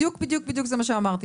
בדיוק, בדיוק מה שאני אמרתי.